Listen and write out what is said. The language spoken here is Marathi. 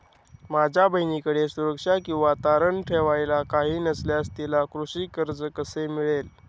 माझ्या बहिणीकडे सुरक्षा किंवा तारण ठेवायला काही नसल्यास तिला कृषी कर्ज कसे मिळेल?